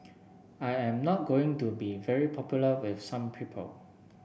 I am not going to be very popular with some people